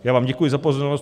Já vám děkuji za pozornost.